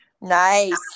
Nice